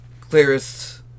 clearest